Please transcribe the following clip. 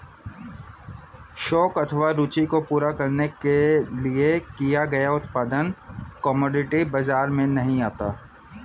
शौक अथवा रूचि को पूरा करने के लिए किया गया उत्पादन कमोडिटी बाजार में नहीं आता